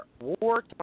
War